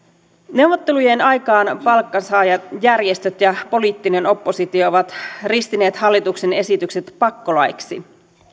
neuvottelujen aikana palkansaajajärjestöt ja poliittinen oppositio ovat ristineet hallituksen esitykset pakkolaeiksi